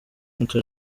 uwitwa